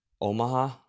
Omaha